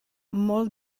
molt